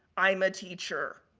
i'm a teacher.